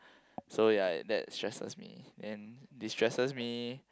so ya that stresses me and destresses me